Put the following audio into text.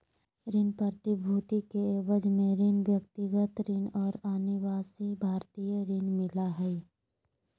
ऋण प्रतिभूति के एवज में ऋण, व्यक्तिगत ऋण और अनिवासी भारतीय ऋण मिला हइ